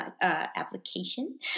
application